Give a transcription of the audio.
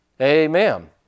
Amen